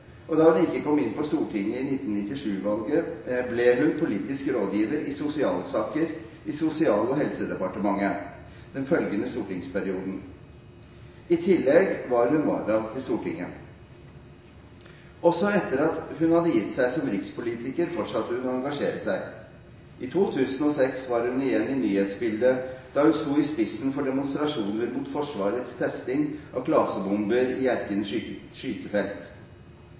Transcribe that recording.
og da hun ikke kom inn på Stortinget ved 1997-valget, ble hun politisk rådgiver i sosialsaker i Sosial- og helsedepartementet den følgende stortingsperioden. I tillegg var hun vara til Stortinget. Også etter at hun hadde gitt seg som rikspolitiker, fortsatte hun å engasjere seg. I 2006 var hun igjen i nyhetsbildet, da hun sto i spissen for demonstrasjoner mot Forsvarets testing av klasebomber i Hjerkinn skytefelt.